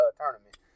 tournament